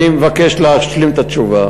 אני מבקש להשלים את התשובה.